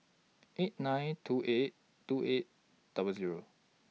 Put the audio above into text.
eight nine two eight two eight double Zero